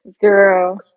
Girl